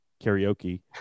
karaoke